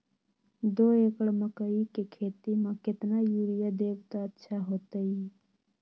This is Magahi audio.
दो एकड़ मकई के खेती म केतना यूरिया देब त अच्छा होतई?